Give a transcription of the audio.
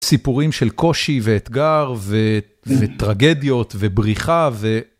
סיפורים של קושי, ואתגר, וטרגדיות, ובריחה, ו...